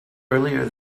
earlier